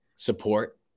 Support